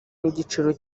n’igiciro